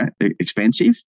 expensive